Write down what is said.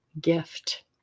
gift